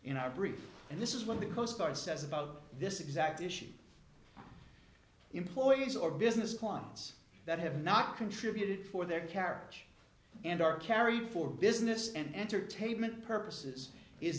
in our brief and this is what the coast guard says about this exact issue employees or business clients that have not contributed for their carriage and are carried for business and entertainment purposes is